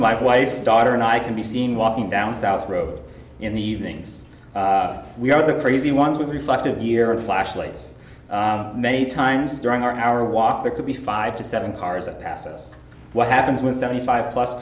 my wife daughter and i can be seen walking down south road in the evenings we have the crazy ones with reflective year of flashlights many times during our hour walk there could be five to seven cars that pass us what happens when seventy five plus